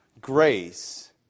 grace